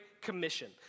Commission